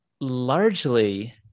largely